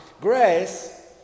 grace